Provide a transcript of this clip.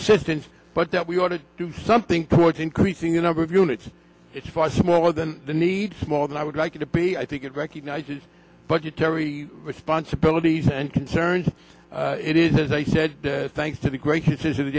assistance but that we ought to do something towards increasing the number of units it's far smaller than the needs more than i would like it to be i think it recognizes budgetary responsibilities and concerns it is as i said thanks to the great pieces of the